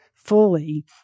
fully